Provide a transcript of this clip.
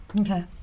Okay